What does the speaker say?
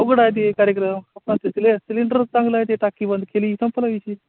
अवघड आहे ते कार्यक्रम आपण तिथले सिलेंडरच चांगलं आहे ते टाकी बंद केली संपला विषय